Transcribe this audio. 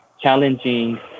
challenging